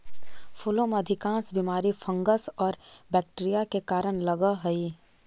फूलों में अधिकांश बीमारी फंगस और बैक्टीरिया के कारण लगअ हई